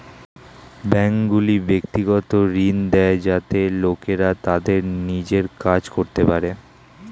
ব্যাঙ্কগুলি ব্যক্তিগত ঋণ দেয় যাতে লোকেরা তাদের নিজের কাজ করতে পারে